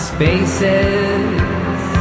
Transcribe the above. Spaces